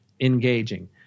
engaging